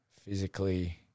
physically